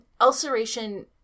ulceration